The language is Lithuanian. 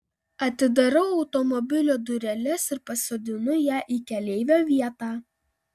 atidarau automobilio dureles ir pasodinu ją į keleivio vietą